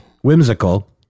Whimsical